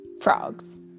frogs